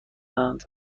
اند